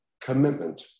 commitment